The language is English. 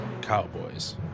Cowboys